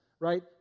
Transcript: Right